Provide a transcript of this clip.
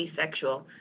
asexual